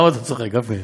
למה אתה צוחק, גפני?